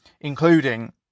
including